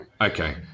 Okay